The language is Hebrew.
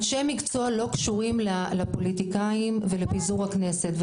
אנשי מקצוע לא קשורים לפוליטיקאים ולפיזור הכנסת.